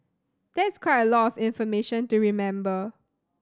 that's quite a lot information to remember